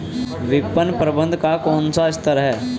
विपणन प्रबंधन का कौन सा स्तर है?